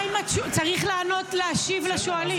צריך לענות, להשיב לשואלים.